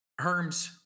Herms